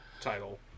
title